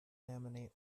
laminate